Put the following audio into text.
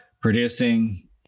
producing